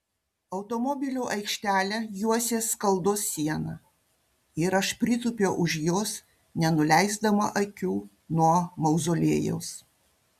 automobilių aikštelę juosė skaldos siena ir aš pritūpiau už jos nenuleisdama akių nuo mauzoliejaus